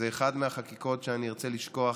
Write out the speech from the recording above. זו אחת מהחקיקות שאני ארצה לשכוח,